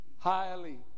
Highly